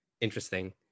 Interesting